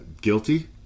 guilty